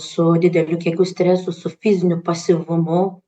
su dideliu kiekiu stresų su fiziniu pasyvumu